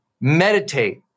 meditate